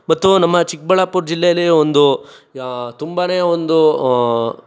ಮತ್ತು ನಮ್ಮ ಚಿಕ್ಕಬಳ್ಳಾಪುರ ಜಿಲ್ಲೆಯಲ್ಲಿ ಒಂದು ತುಂಬನೇ ಒಂದು